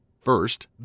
First